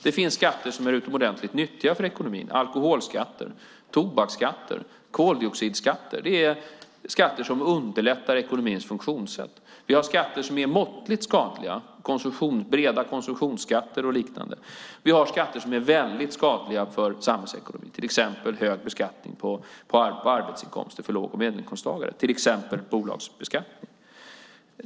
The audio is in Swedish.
Det finns skatter som är utomordentligt nyttiga för ekonomin: alkoholskatter, tobaksskatter, koldioxidskatter. Det är skatter som underlättar ekonomins funktionssätt. Vi har skatter som är måttligt skadliga, breda konsumtionsskatter och liknande. Vi har skatter som är väldigt skadliga för samhällsekonomin, till exempel hög beskattning på arbetsinkomster för låg och medelinkomsttagare och bolagsbeskattning.